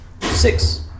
Six